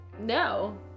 No